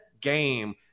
game